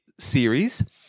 Series